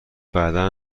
بعدا